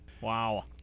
Wow